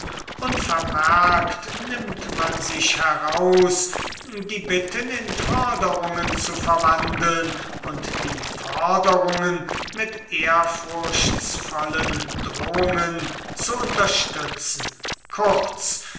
unvermerkt nimmt man sich heraus die bitten in forderungen zu verwandeln und die forderungen mit ehrfurchtsvollen drohungen zu unterstützen kurz